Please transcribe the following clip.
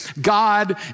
God